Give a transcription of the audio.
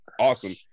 awesome